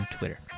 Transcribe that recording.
Twitter